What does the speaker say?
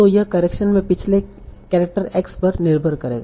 तो यह करेक्शन में पिछले कैरेक्टर x पर निर्भर करेगा